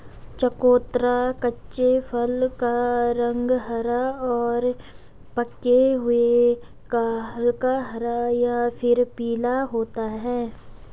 चकोतरा कच्चे फल का रंग हरा और पके हुए का हल्का हरा या फिर पीला होता है